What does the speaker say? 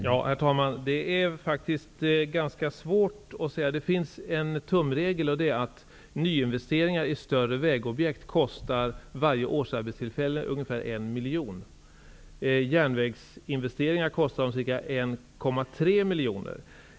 Herr talman! Det är ganska svårt att säga. Det finns en tumregel, nämligen att när det gäller nyinvesteringar i större vägobjekt kostar varje årsarbetstillfälle ungefär 1 miljon.